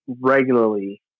regularly